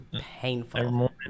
Painful